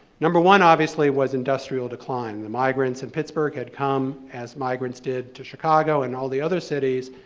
number one, obviously, was industrial decline. the migrants in pittsburgh had come, as migrants did to chicago and all the other cities,